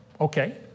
okay